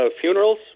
funerals